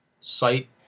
site